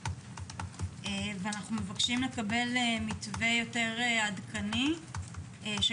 בדיוק מדברים על עדכון תקנות הקורונה למכללות